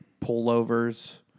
pullovers